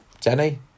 Jenny